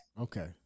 Okay